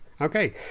Okay